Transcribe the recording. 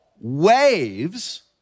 Waves